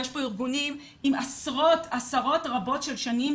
יש פה ארגונים עם עשרות רבות של שנים,